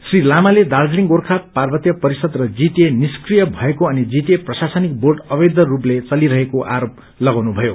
श्री लामाले दार्जीलिङ गोर्खा पार्वतीय परिषद र जीटीए निष्किय भएको अनि जीटीए प्रशासनिक बोर्ड अवैध रूपले चलिरहेको आरोप लगाउनुभयो